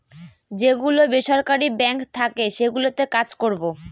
যে গুলো বেসরকারি বাঙ্ক থাকে সেগুলোতে কাজ করবো